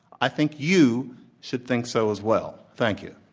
i think you should think so as well. thank you.